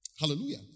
Hallelujah